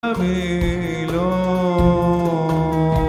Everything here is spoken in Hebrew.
♪ אבילו ♪